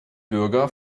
bürger